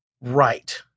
right